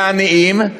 לעניים,